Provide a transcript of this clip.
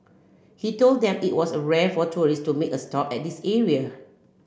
he told them it was rare for tourists to make a stop at this area